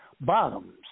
Bottoms